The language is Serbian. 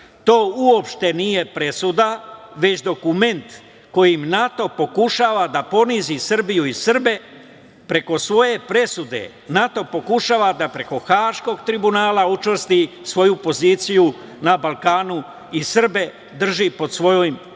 "To uopšte nije presuda već dokument kojim NATO pokušava da ponizi Srbiju i Srbe preko svoje presude. NATO pokušava da preko Haškog tribunala učvrsti svoju poziciju na Balkanu i Srbe drži pod svojom čizmom",